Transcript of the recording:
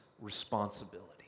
responsibility